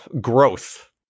growth